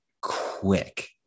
quick